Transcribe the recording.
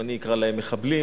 אני אקרא להם מחבלים,